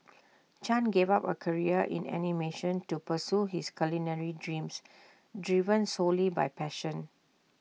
chan gave up A career in animation to pursue his culinary dreams driven solely by passion